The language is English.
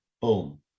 Boom